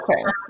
okay